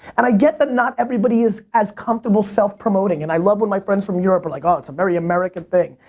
and i get that not everybody is as comfortable self-promoting. and i love when my friends from europe are like, oh, it's a very american thing.